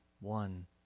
one